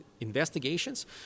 investigations